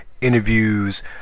interviews